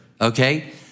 okay